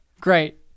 great